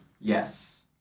Yes